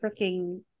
freaking